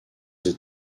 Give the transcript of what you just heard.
ses